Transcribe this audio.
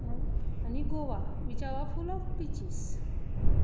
आनी हो Goa which are full of beaches